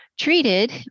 treated